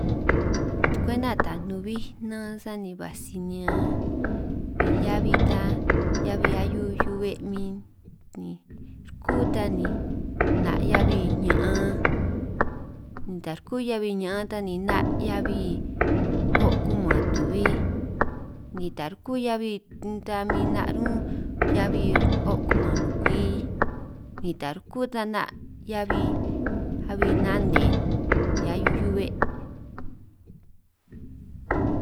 Kwenta taj nubij nan sani baj sinean bij heabi ta heabi ahiu hiu 'be' min ni, rkú ta ni 'na' heabi ña'an nda rku heabi ña'an tan ni 'na' heabi o' kuman tu'bi, ni ta rukú heabi ta min 'na' rún heabi o' kuman nukwi ni ta rukú tan 'na' heabi abi nane ni ahiu ahui be'